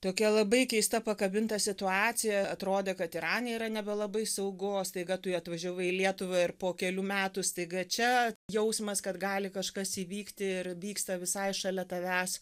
tokia labai keista pakabinta situacija atrodė kad irane yra nebelabai saugos staiga tu atvažiavai į lietuvą ir po kelių metų staiga čia jausmas kad gali kažkas įvykti ir vyksta visai šalia tavęs